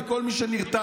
לכל מי שנרתם.